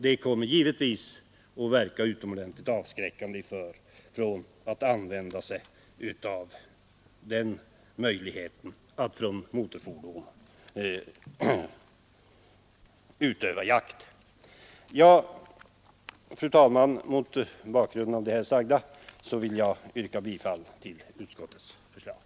Detta kommer givetvis att verka utomordentligt avskräckande när det gäller att utöva jakt från motorfordon. Fru talman! Mot bakgrunden av det sagda vill jag yrka bifall till utskottets hemställan.